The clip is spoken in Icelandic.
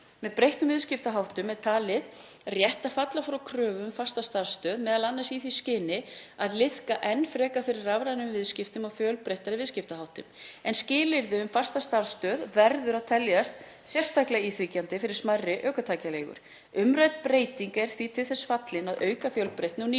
Með breyttum viðskiptaháttum er talið rétt að falla frá kröfu um fasta starfsstöð, m.a. í því skyni að liðka enn frekar fyrir rafrænum viðskiptum og fjölbreyttari viðskiptaháttum. Skilyrði um fasta starfsstöð verður að teljast sérstaklega íþyngjandi fyrir smærri ökutækjaleigur. Umrædd breyting er því til þess fallin að auka fjölbreytni og nýsköpun